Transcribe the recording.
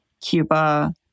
Cuba